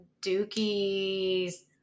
Dookie's